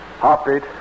Heartbeat